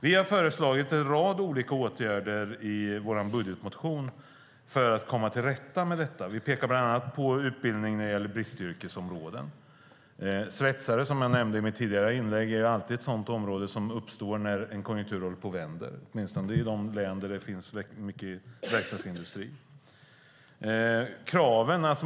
Vi har föreslagit en rad olika åtgärder i vår budgetmotion för att komma till rätta med detta. Vi pekar bland annat på utbildning när det gäller bristyrkesområden. Svetsare, som jag nämnde i mitt tidigare inlägg, är alltid ett sådant område som uppstår när en konjunktur håller på och vänder, åtminstone i de länder där det finns mycket verkstadsindustri.